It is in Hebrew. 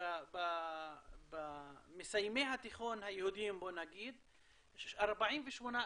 מסיימי התיכון יהודים, בוא נגיד, 48%,